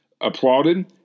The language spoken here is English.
Applauded